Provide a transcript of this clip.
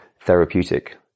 therapeutic